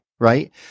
right